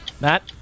Matt